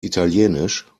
italienisch